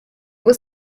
was